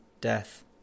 Death